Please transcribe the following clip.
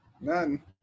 None